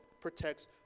protects